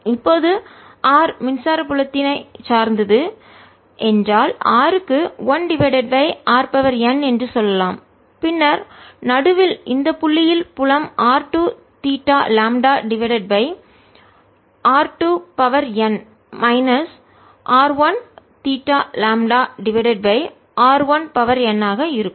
இப்போது r மின்சார புலத்தின் ஐ சார்ந்தது என்றால் r க்கு 1 டிவைடட் பை r n என்று சொல்லலாம் பின்னர் நடுவில் இந்த புள்ளியில் புலம் r 2 theta lambda divided by r2n minus r 1 theta lambda divided by r1 n வாக இருக்கும்